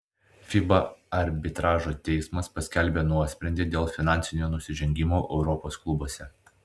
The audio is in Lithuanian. fiba arbitražo teismas paskelbė nuosprendį dėl finansinių nusižengimų europos klubuose